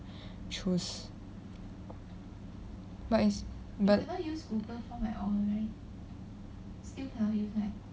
choose but it's but